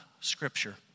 Scripture